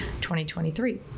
2023